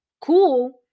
Cool